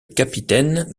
capitaine